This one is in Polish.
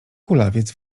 kulawiec